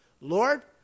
Lord